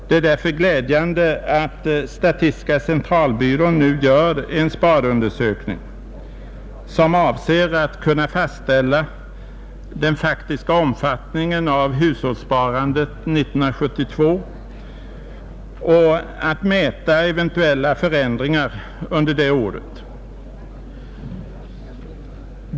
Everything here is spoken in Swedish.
Det är därför glädjande att statistiska centralbyrån nu gör en sparundersökning, som avser att fastställa den faktiska omfattningen av hushållssparandet 1972 och att mäta eventuella förändringar under det året.